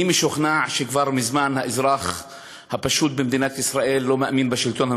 אני משוכנע שכבר מזמן האזרח הפשוט במדינת ישראל לא מאמין בשלטון המקומי,